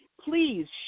Please